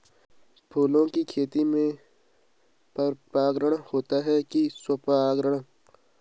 फूलों की खेती में पर परागण होता है कि स्वपरागण?